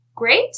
great